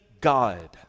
God